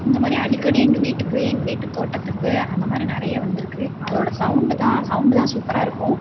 இந்த மாதிரி அடிக்கடி எங்கள் வீட்டுக்கு எங்கள் வீட்டுத் தோட்டத்துக்கு அந்த மாதிரி நிறைய வந்திருக்குது அதோட சவுண்டுதான் சவுண்டுதான் சூப்பராக இருக்கும்